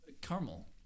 Caramel